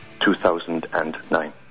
2009